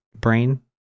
brain